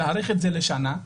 להאריך לשנה.